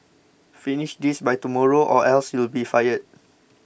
finish this by tomorrow or else you'll be fired